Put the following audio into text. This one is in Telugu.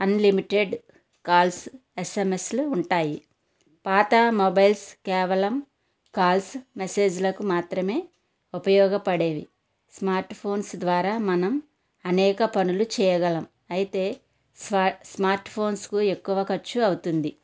అన్లిమిటెడ్ కాల్స్ ఎస్ఎమ్ఎస్లు ఉంటాయి పాత మొబైల్స్ కేవలం కాల్స్ మెసేజ్లకు మాత్రమే ఉపయోగపడేవి స్మార్ట్ ఫోన్స్ ద్వారా మనం అనేక పనులు చేయగలం అయితే స్వా స్మార్ట్ ఫోన్స్కు ఎక్కువ ఖర్చు అవుతుంది